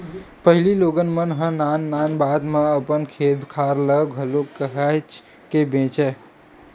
पहिली लोगन मन ह नान नान बात म अपन खेत खार ल घलो काहेच के बेंचय